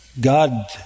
God